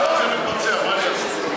זה מתבצע, מה אני עושה?